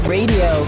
Radio